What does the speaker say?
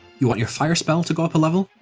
you want your fire spell to go up a level?